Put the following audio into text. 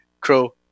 Crow